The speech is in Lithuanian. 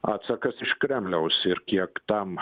atsakas iš kremliaus ir kiek tam